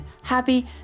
happy